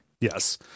Yes